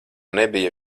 nebija